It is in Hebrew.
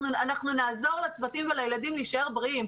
אנחנו נעזור לצוותים ולילדים להישאר בריאים.